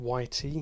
YT